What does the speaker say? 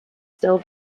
still